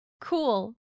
Cool